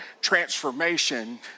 transformation